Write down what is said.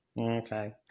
Okay